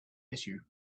issue